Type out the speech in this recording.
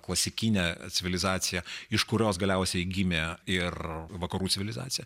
klasikinė civilizacija iš kurios galiausiai gimė ir vakarų civilizacija